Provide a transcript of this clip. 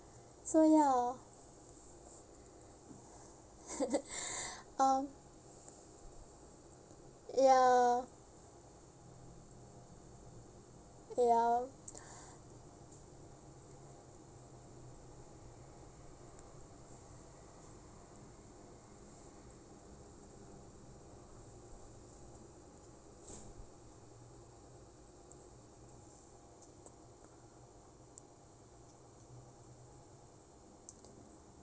so ya um ya ya